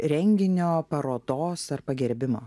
renginio parodos ar pagerbimo